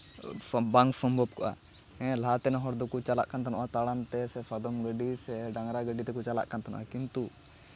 ᱵᱟᱝ ᱥᱚᱢᱵᱷᱚᱵᱽ ᱠᱚᱜᱼᱟ ᱦᱮᱸ ᱞᱟᱦᱟᱛᱮᱱ ᱦᱚᱲ ᱫᱚᱠᱚ ᱪᱟᱞᱟᱜ ᱠᱟᱱ ᱛᱟᱦᱮᱱᱟ ᱛᱟᱲᱟᱢ ᱛᱮ ᱥᱮ ᱥᱟᱫᱚᱢ ᱜᱟᱹᱰᱤ ᱥᱮ ᱰᱟᱝᱨᱟ ᱜᱟᱹᱰᱤ ᱛᱮᱠᱚ ᱠᱟᱱ ᱛᱟᱦᱮᱱᱟ ᱠᱤᱱᱛᱩ